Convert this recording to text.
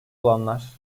olanlar